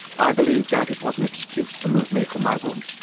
i believe that it was an excuse to move me from my room.